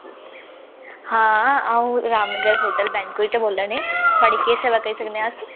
हां अं'ऊ Ramnagar hotel bank बिच्चा बोलै नी थोआढ़ी केह् सेवा करी सकने अस